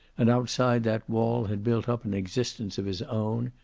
and outside that wall had built up an existence of his own,